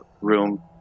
room